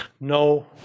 no